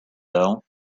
though